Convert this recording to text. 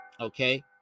Okay